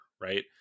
right